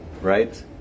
right